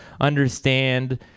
understand